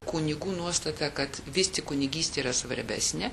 kunigų nuostata kad vis tik kunigystė yra svarbesnė